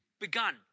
begun